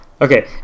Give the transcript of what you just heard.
Okay